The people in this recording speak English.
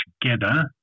together